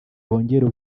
bongera